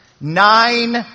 Nine